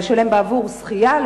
לשלם בעבור שחייה,